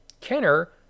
Kenner